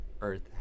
earth